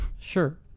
Sure